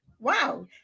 wow